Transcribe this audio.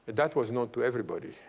that was known to everybody.